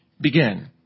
begin